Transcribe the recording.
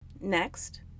Next